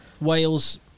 Wales